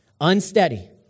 unsteady